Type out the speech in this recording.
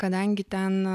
kadangi ten